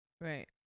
Right